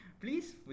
please